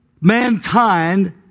mankind